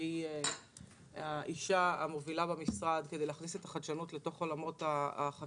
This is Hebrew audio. שהיא האישה המובילה במשרד כדי להכניס את החדשנות לתוך עולמות החקלאות,